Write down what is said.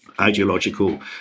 ideological